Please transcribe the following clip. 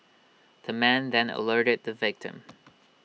the man then alerted the victim